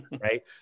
Right